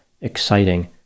exciting